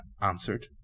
answered